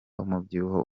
umubyibuho